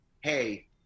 hey